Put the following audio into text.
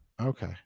okay